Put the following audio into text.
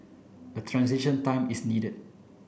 a transition time is needed